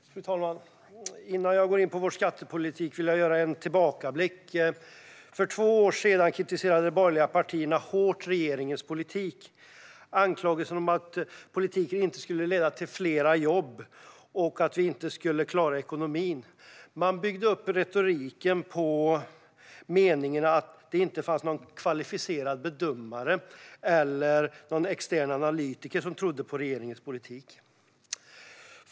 Fru talman! Innan jag går in på vår skattepolitik vill jag göra en tillbakablick. För två år sedan kritiserade de borgerliga partierna hårt regeringens politik med anklagelser om att politiken inte skulle leda till fler jobb och att vi inte skulle klara ekonomin. Man byggde retoriken på meningen att det inte fanns någon kvalificerad bedömare eller extern analytiker som trodde på regeringens politik.